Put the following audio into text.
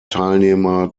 teilnehmer